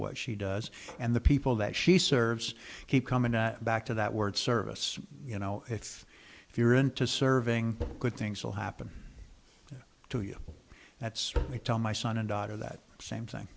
what she does and the people that she serves keep coming back to that word service you know it's if you're into serving good things will happen to you that's i tell my son and daughter that same thing